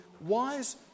wise